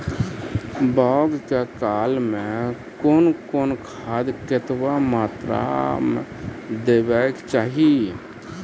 बौगक काल मे कून कून खाद केतबा मात्राम देबाक चाही?